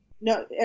no